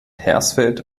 hersfeld